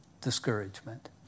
Discouragement